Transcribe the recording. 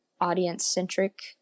audience-centric